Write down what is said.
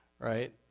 right